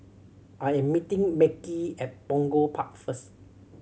I am meeting Mekhi at Punggol Park first